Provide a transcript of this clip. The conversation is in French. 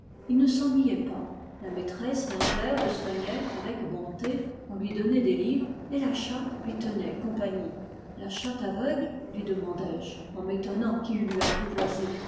il ne s'ennuyait pas la maîtresse lingère le soignait avec bonté on lui donnait des livres et la chatte lui tenait compagnie la chatte aveugle lui demandai-je en m'étonnant qu'il l'eût apprivoisée